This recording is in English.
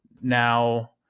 Now